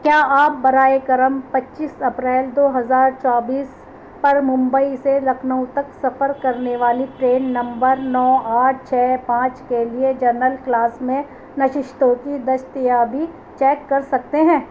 کیا آپ برائے کرم پچیس اپریل دو ہزار چوبیس پر ممبئی سے لکھنؤ تک سفر کرنے والی ٹرین نمبر نو آٹھ چھ پانچ کے لیے جنرل کلاس میں نشستوں کی دستیابی چیک کر سکتے ہیں